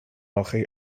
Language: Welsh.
olchi